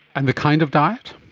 and the kind of diet?